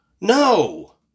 No